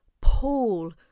Paul